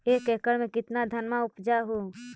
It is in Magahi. एक एकड़ मे कितना धनमा उपजा हू?